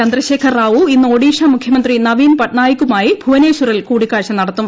ചന്ദ്രശേഖർ റാവു ഇന്ന് ഒഡീഷ മുഖ്യമന്ത്രി നവീൻ പട്നായ്ക്കുമായി ഭുവനേശ്വറിൽ കൂടിക്കാഴ്ച നടത്തും